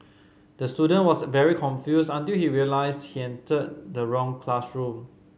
the student was very confused until he realised he entered the wrong classroom